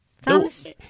thumbs